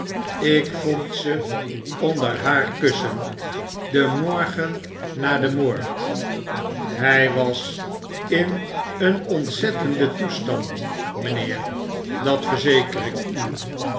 ik vond ze onder haar kussen den morgen na den moord i hy was in een ontzettenden toestand mynheer dat verzeker ik u